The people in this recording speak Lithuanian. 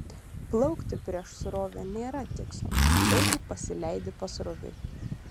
plaukti prieš srovę nėra tikslo taigi pasileidi pasroviui